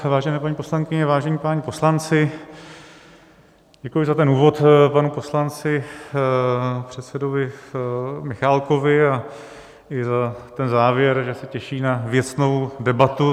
Vážené paní poslankyně, vážení páni poslanci, děkuji za ten úvod panu poslanci předsedovi Michálkovi i za ten závěr, že se těší na věcnou debatu.